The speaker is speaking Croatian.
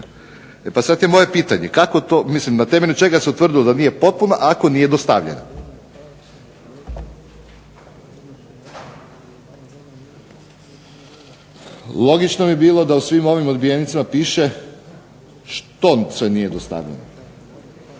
pa sad je moje pitanje, kako to, mislim da na temelju čega se utvrdilo da nije potpuna ako nije dostavljena? Logično bi bilo da u svim ovim odbijenicama piše što sve nije dostavljeno.